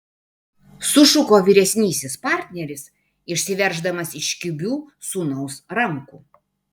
sušuko vyresnysis partneris išsiverždamas iš kibių sūnaus rankų